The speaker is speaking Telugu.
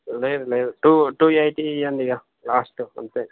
లేదు లేదు టూ టూ ఎయిటీ ఇవ్వండి ఇక లాస్ట్